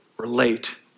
relate